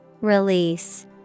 Release